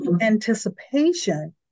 anticipation